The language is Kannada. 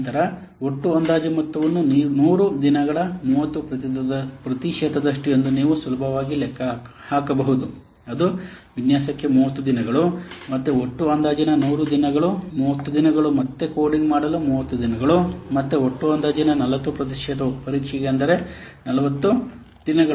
ನಂತರ ಒಟ್ಟು ಅಂದಾಜು ಮೊತ್ತವನ್ನು 100 ದಿನಗಳ 30 ಪ್ರತಿಶತದಷ್ಟು ಎಂದು ಎಂದು ನೀವು ಸುಲಭವಾಗಿ ಲೆಕ್ಕ ಹಾಕಬಹುದು ಅದು ವಿನ್ಯಾಸಕ್ಕೆ 30 ದಿನಗಳು ಮತ್ತೆ ಒಟ್ಟು ಅಂದಾಜಿನ 100 ದಿನಗಳು 30 ದಿನಗಳು ಮತ್ತೆ ಕೋಡಿಂಗ್ ಮಾಡಲು 30 ದಿನಗಳು ಮತ್ತು ಒಟ್ಟು ಅಂದಾಜಿನ 40 ಪ್ರತಿಶತವು ಪರೀಕ್ಷೆಗೆ ಅಂದರೆ 40 ದಿನಗಳು